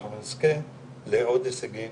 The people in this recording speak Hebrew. אנחנו נזכה לעוד הישגים